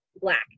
black